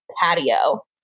patio